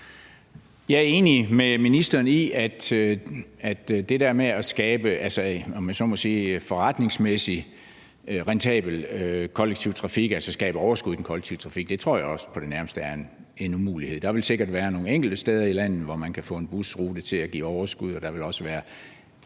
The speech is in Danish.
Jeg er enig med ministeren i, at det der med at skabe en, om jeg så må sige, forretningsmæssigt rentabel kollektiv trafik, altså skabe overskud i den kollektive trafik – det tror jeg også – på det nærmeste er en umulighed. Der vil sikkert være nogle enkelte steder i landet, hvor man kan få en busrute til at give overskud, og der vil også være